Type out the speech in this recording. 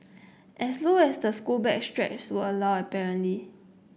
as low as the school bag straps would allow apparently